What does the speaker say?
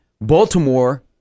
Baltimore